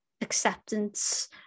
acceptance